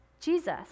Jesus